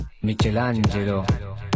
Michelangelo